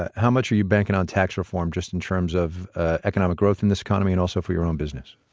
ah how much are you banking on tax reform, just in terms of ah economic growth in this economy, and also for your own business?